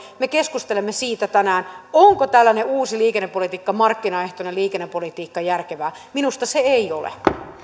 me keskustelemme siitä tänään onko tällainen uusi liikennepolitiikka markkinaehtoinen liikennepolitiikka järkevää minusta se ei ole